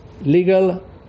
Legal